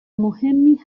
مهمی